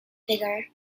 figure